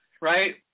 right